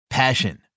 Passion